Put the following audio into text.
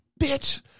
Bitch